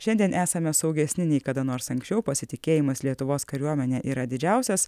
šiandien esame saugesni nei kada nors anksčiau pasitikėjimas lietuvos kariuomene yra didžiausias